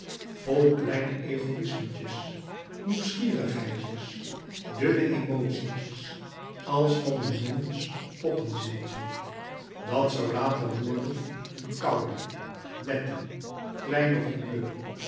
vol kleine egoïsmetjes nieuwsgierigheidjes dunne emotietjes als van een jongens poppenzieltje dat zoû later worden een koude nette kleine